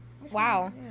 Wow